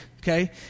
okay